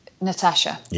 Natasha